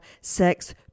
sex